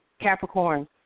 Capricorn